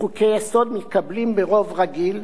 חוקי-יסוד מתקבלים ברוב רגיל,